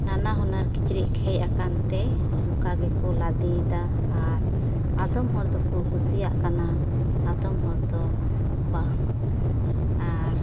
ᱱᱟᱱᱟ ᱦᱩᱱᱟᱹᱨ ᱠᱤᱪᱨᱤᱡ ᱠᱚ ᱦᱮᱡ ᱟᱠᱟᱱ ᱛᱮ ᱚᱱᱠᱟ ᱜᱮᱠᱚ ᱞᱟᱫᱮᱭᱮᱫᱟ ᱟᱨ ᱟᱫᱚᱢ ᱦᱚᱲ ᱫᱚᱠᱚ ᱠᱩᱥᱤᱭᱟᱜ ᱠᱟᱱᱟ ᱟᱫᱚᱢ ᱦᱚᱲ ᱫᱚ ᱵᱟᱝ ᱟᱨ